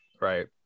right